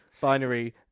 Binary